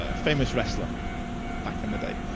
ah famous wrestler back in the day.